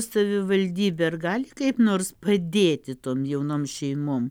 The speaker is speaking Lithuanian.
savivaldybė ar gali kaip nors padėti tom jaunom šeimom